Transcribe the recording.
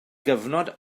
gyfnod